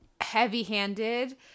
heavy-handed